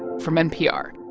from npr